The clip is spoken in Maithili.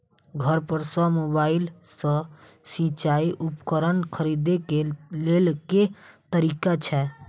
घर पर सऽ मोबाइल सऽ सिचाई उपकरण खरीदे केँ लेल केँ तरीका छैय?